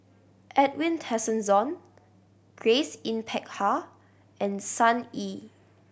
Edwin Tessensohn Grace Yin Peck Ha and Sun Yee